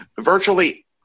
virtually